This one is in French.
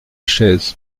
chaises